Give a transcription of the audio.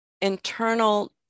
internal